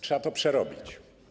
Trzeba to przerobić.